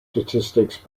statistics